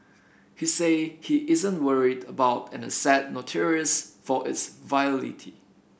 he say he isn't worried about an asset notorious for its volatility